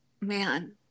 man